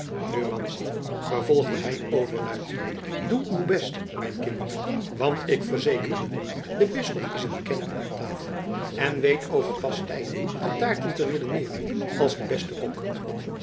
nu madzy vervolgde hij overluid doe uw best mijn kind want ik verzeker u de bisschop is een kenner aan tafel en weet over pastijen en taarten te redeneeren als de beste kok